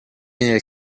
nelle